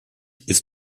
ist